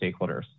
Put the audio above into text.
stakeholders